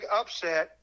upset